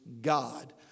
God